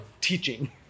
teaching